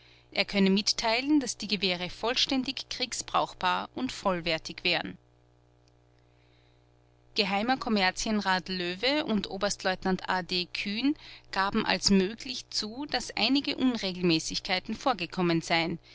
er könne mitteilen daß die gewehre vollständig ständig kriegsbrauchbar und vollwertig waren geh kommerzienrat löwe und oberstleutnant a d kühn gaben als möglich zu daß einige unregelmäßigkeiten vorgekommen seien